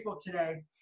today